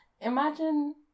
Imagine